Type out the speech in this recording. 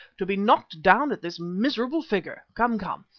to be knocked down at this miserable figure. come, come.